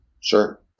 Sure